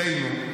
אחינו,